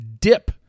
Dip